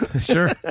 Sure